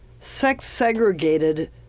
sex-segregated